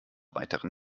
weiteren